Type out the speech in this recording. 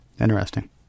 interesting